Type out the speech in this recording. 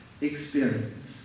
experience